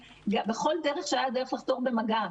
בכל דרך שהיה דרך לחתור במגע,